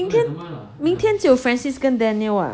明天只有 francis 跟 daniel ah